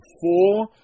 four